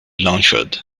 launched